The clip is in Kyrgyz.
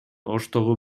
оштогу